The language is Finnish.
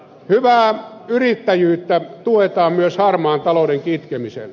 hyvää yrittäjyyttä tuetaan myös harmaan talouden kitkemisellä